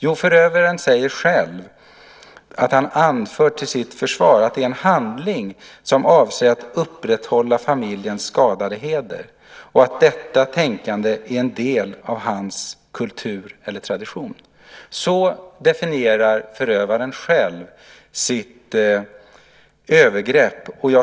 Jo, förövaren säger själv att han anför till sitt försvar att det är en handling som avser att upprätthålla familjens skadade heder och att detta tänkande är en del av hans kultur eller tradition. Så definierar förövaren själv sitt övergrepp.